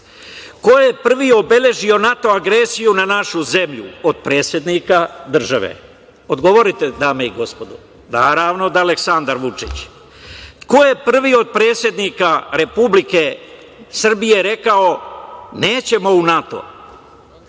Ko je prvi obeležio NATO agresiju na našu zemlju od predsednika države? Odgovorite, dame i gospodo. Naravno da je Aleksandar Vučić. Ko je prvi od predsednika Republike Srbije rekao nećemo u NATO?